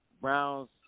Browns